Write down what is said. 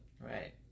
Right